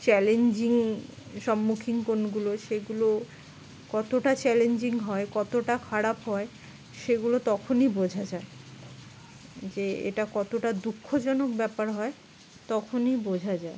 challenging সম্মুখীন কোনগুলো সেগুলো কতটা চ্যালেঞ্জিং হয় কতটা খারাপ হয় সেগুলো তখনই বোঝা যায় যে এটা কতটা দুঃখজনক ব্যাপার হয় তখনই বোঝা যায়